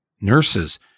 nurses